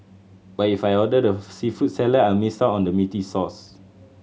but if I order the seafood salad I'll miss out on the meaty sauce